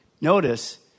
notice